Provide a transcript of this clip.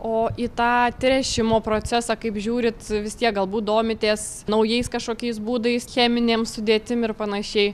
o į tą tręšimo procesą kaip žiūrit vis tiek galbūt domitės naujais kažkokiais būdais cheminėm sudėtimi ir panašiai